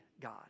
God